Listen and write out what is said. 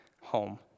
home